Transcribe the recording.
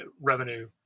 revenue